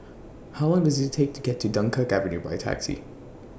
How Long Does IT Take to get to Dunkirk Avenue By Taxi